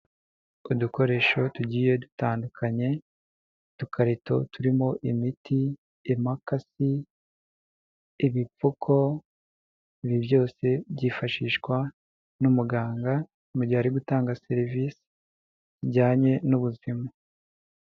Udukoresho tugiye dutandukanye, udukarito turimo imiti, imakasi ,ibipfuko ibi byose byifashishwa n'umuganga mu gihe ari gutanga serivisi zijyanye n'ubuzima.